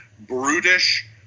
brutish